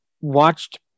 watched